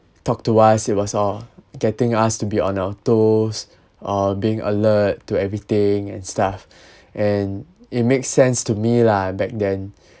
talk to us it was oh getting us to be on our toes oh being alert to everything and stuff and it makes sense to me lah back then